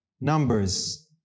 numbers